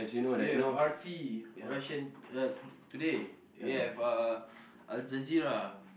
you have R_T uh to~ today you have uh Al Jazeera